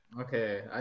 Okay